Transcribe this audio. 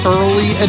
Early